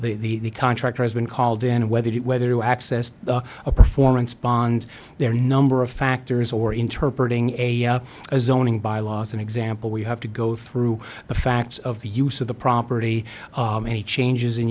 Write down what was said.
the the contractor has been called in whether it whether to access a performance bond their number of factors or interpret ing a as zoning bylaws an example we have to go through the facts of the use of the property any changes in